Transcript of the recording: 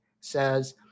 says